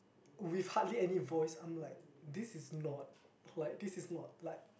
with hardly any voice I'm like this is not like this is not like